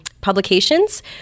publications